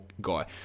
guy